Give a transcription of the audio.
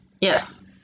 Yes